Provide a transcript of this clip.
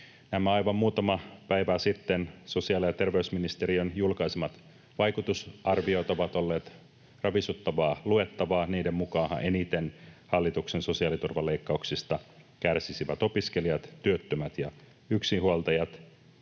Nämä aivan muutama päivä sitten sosiaali- ja terveysministeriön julkaisemat vaikutusarviot ovat olleet ravisuttavaa luettavaa. Niiden mukaanhan eniten hallituksen sosiaaliturvaleikkauksista kärsisivät opiskelijat, työttömät ja yksinhuoltajat.